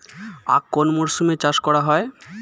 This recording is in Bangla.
আখ কোন মরশুমে চাষ করা হয়?